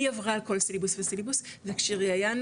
היא עברה כל סילבוס וסילבוס וכשראיינו